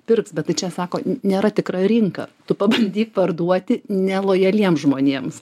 pirks bet tai čia sako nėra tikra rinka tu pabandyk parduoti nelojaliem žmonėms